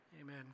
amen